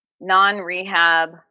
non-rehab